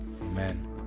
Amen